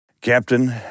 Captain